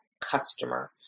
customer